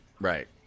right